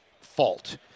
fault